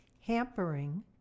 hampering